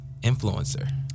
influencer